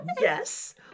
Yes